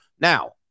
Now